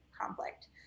conflict